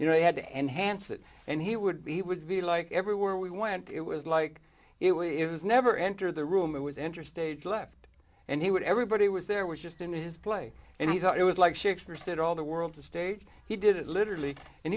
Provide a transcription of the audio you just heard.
you know he had to enhance it and he would be he would be like everywhere we went it was like it was never enter the room it was interstage left and he would everybody was there was just in his play and he thought it was like shakespeare said all the world's a stage he did it literally and